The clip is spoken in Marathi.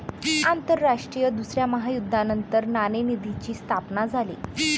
आंतरराष्ट्रीय दुसऱ्या महायुद्धानंतर नाणेनिधीची स्थापना झाली